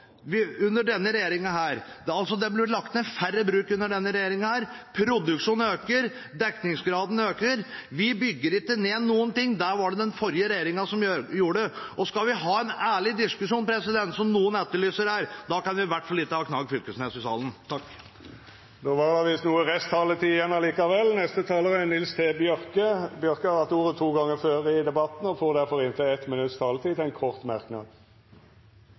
Det er lagt ned færre bruk under denne regjeringen. Produksjonen øker, dekningsgraden øker, vi bygger ikke ned noen ting. Det var det den forrige regjeringen som gjorde. Skal vi ha en ærlig diskusjon, som noen etterlyser her, kan vi i hvert fall ikke ha representanten Knag Fylkesnes i salen.